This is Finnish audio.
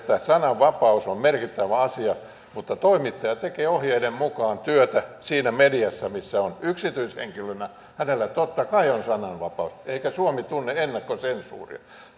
sananvapaus on merkittävä asia mutta toimittaja tekee ohjeiden mukaan työtä siinä mediassa missä on yksityishenkilönä hänellä totta kai on sananvapaus eikä suomi tunne ennakkosensuuria